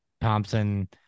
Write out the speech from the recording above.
Thompson